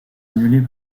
annulés